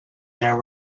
there